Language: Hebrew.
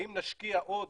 האם נשקיע עוד